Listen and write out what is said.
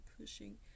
pushing